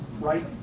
right